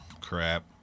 crap